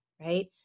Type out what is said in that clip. right